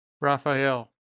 Raphael